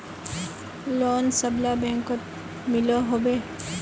Loan सबला बैंकोत मिलोहो होबे?